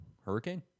Hurricane